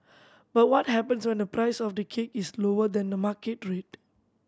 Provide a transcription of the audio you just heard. but what happens when the price of the cake is lower than the market rate